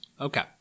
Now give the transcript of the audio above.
Okay